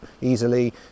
easily